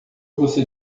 você